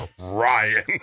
Ryan